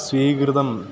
स्वीकृतं